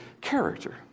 character